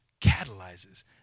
catalyzes